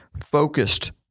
Focused